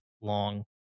long